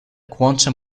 quantum